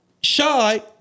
shy